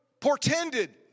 portended